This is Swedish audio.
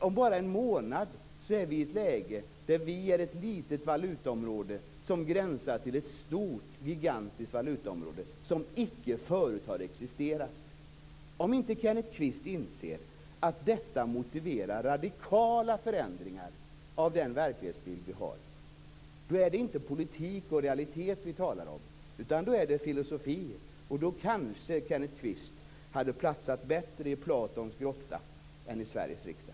Om bara en månad gränsar vårt land, ett litet valutaområde, till ett gigantiskt stort valutaområde som förut icke har existerat. Om inte Kenneth Kvist inser att detta motiverar radikala förändringar av vår verklighetsbild, är det inte politik och realiteter som vi talar om, utan om filosofi. Då hade Kenneth Kvist kanske platsat bättre i Platons grotta än i Sveriges riksdag.